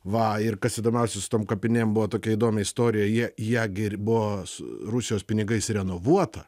va ir kas įdomiausia su tom kapinėm buvo tokia įdomi istorija jie ją gi ir buvo su rusijos pinigais renovuota